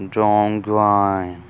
ਜੋਗੋਆਇਨ